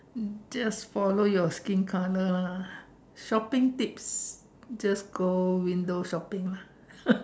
um just follow your skin colour lah shopping tips just go window shopping lah